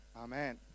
Amen